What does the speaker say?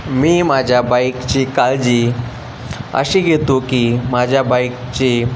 मी माझ्या बाईकची काळजी अशी घेतो की माझ्या बाईकची